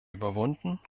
überwunden